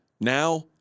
Now